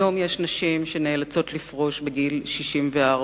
היום יש נשים שנאלצות לפרוש בגיל 64,